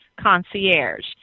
concierge